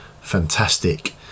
fantastic